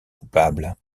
coupables